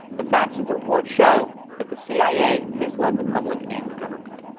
the facts of the report show that the cia misled the public and the government.